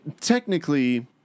technically